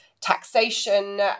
taxation